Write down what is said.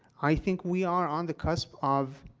i think we are on the cusp of